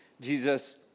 Jesus